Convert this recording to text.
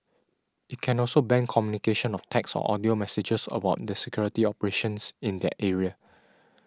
it can also ban communication of text or audio messages about the security operations in their area